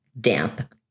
damp